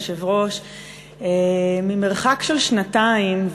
ממרחק של שנתיים,